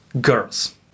girls